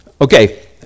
okay